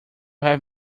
have